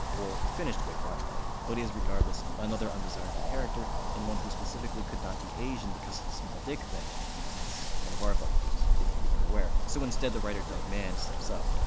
or finished quick, rotten lay, but is regardless, another undesirable character and one who specifically could not be asian because of the small dick thing that's one of our bugaboos, if you weren't aware. so instead, the writer doug mand steps up.